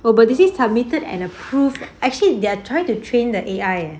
well but this is submitted and approved actually they're trying to train the A_I leh